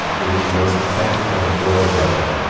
the region most affected by the war with russia,